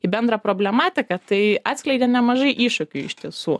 į bendrą problematiką tai atskleidė nemažai iššūkių iš tiesų